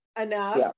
enough